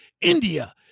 India